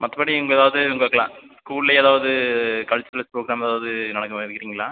மற்றபடி உங்கள் எதாவது உங்கள் க்ளா ஸ்கூலில் எதாவது கலச்சுரல் ப்ரோக்ராம் எதாவது நடக்குற மாரி வைக்கிறீங்களா